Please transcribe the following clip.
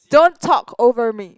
don't talk over me